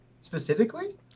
Specifically